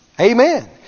Amen